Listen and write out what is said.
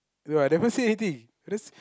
no I never say anything I just